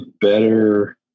better